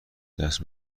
دست